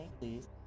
please